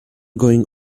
going